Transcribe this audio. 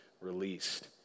released